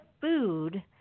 food